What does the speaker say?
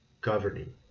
governing